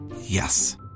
Yes